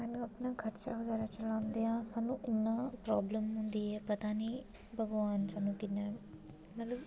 स्हान्नूं अपना खर्चा बगैरा चलाने लेई स्हान्नूं इन्नी प्राॅब्लम बगैरा होंदी ऐ पर पता निं भगोआन स्हान्नूं किन्ना